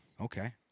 Okay